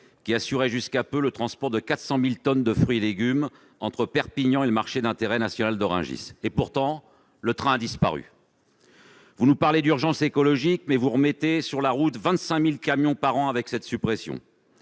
qui assurait, jusqu'à il y a peu, le transport de 400 000 tonnes de fruits et légumes entre Perpignan et le marché d'intérêt national de Rungis. Pourtant, le train a disparu ! Vous nous parlez d'urgence écologique, mais vous remettez sur la route 25 000 camions par an avec cette suppression